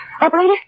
Operator